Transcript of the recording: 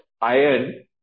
iron